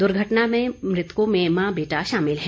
दुर्घटना के मृतकों में मां बेटा शामिल है